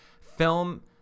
film